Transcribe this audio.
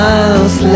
Miles